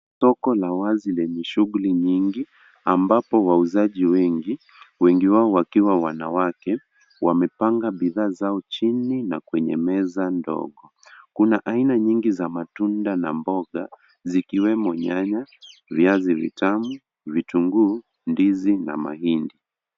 Soko la wazi lenye shughuli nyingi ambapo wauzaji wengi, wengi wao wakiwa wanawake, wamepanga bidhaa zao chini na kwenye meza ndogo. Kuna aina nyingi za matunda na mboga zikiwemo nyanya, viazi vitamu, vitunguu, ndizi na mahindi.